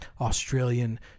Australian